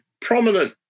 prominent